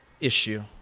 issue